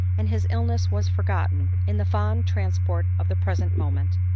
and his illness was forgotten in the fond transport of the present moment.